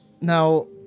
Now